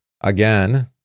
again